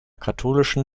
katholischen